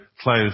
close